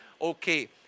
okay